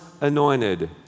anointed